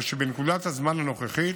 הרי שבנקודת הזמן הנוכחית